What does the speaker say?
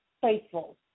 faithful